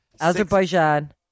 Azerbaijan